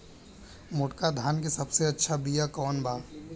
मोटका धान के सबसे अच्छा बिया कवन बा?